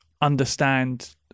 understand